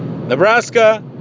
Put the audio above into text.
Nebraska